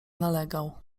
nalegał